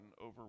over